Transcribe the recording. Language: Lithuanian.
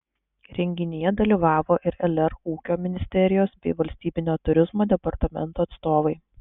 renginyje dalyvavo ir lr ūkio ministerijos bei valstybinio turizmo departamento atstovai